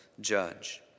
judge